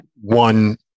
one-